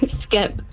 Skip